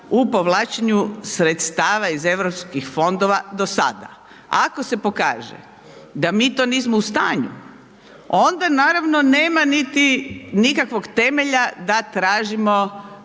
u povlačenju sredstava iz Europskih fondova do sada. Ako se pokaže da mi to nismo u stanju, onda naravno nema niti nikakvog temelja da tražimo